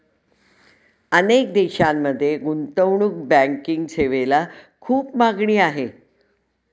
अनेक देशांमध्ये गुंतवणूक बँकिंग सेवेला खूप मागणी आहे